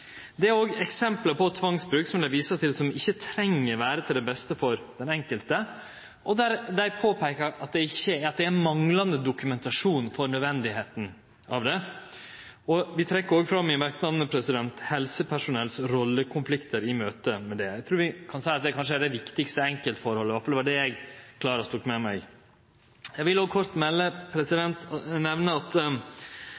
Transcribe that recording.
òg vist til eksempel på tvangsbruk som ikkje treng vere til beste for den enkelte, og der ein påpeikar at det er manglande dokumentasjon for nødvendigheita av det. Vi trekkjer òg fram i merknadene helsepersonells rollekonflikter i møte med dette. Eg trur vi kan seie at det kanskje er det viktigaste enkeltforholdet – iallfall var det det eg klarast tok med meg. Eg vil òg kort nemne to andre forhold som er nemnde i meldinga og